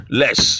less